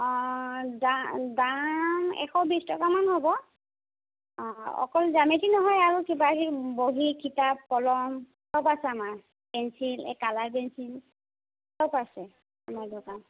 অঁ দা দাম এশ বিছ টকামান হ'ব অঁ অকল জামেটি নহয় আৰু কিবা সি বহী কিতাপ কলম সব আছে আমাৰ পেঞ্চিল এই কালাৰ পেঞ্চিল সব আছে আমাৰ দোকান